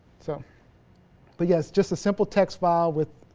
so but yes just a simple text file with